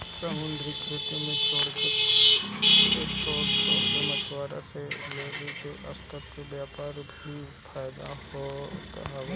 समंदरी खेती से छोट छोट मछुआरा से लेके बड़ स्तर के व्यवसाय के भी फायदा होत हवे